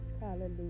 Hallelujah